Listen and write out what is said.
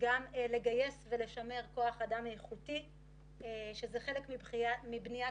וגם לגייס ולשמר כוח אדם איכותי שזה חלק מבניית